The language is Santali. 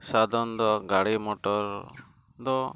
ᱥᱟᱫᱷᱟᱨᱚᱱᱛᱚ ᱜᱟᱹᱰᱤ ᱫᱚ